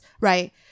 right